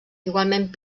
igualment